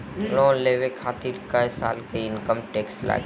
Loan लेवे खातिर कै साल के इनकम टैक्स लागी?